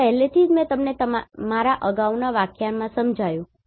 આ પહેલાથી જ મેં તમને મારા અગાઉના વ્યાખ્યાનોમાં સમજાવ્યું છે